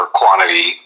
quantity